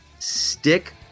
stick